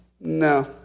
No